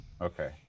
Okay